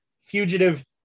fugitive